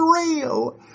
real